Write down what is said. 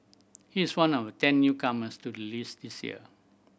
he is one of ten newcomers to the list this year